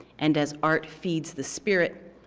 and as art feeds the spirit,